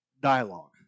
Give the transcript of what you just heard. dialogue